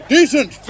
Decent